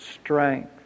strength